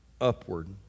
upward